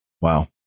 Wow